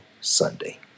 Sunday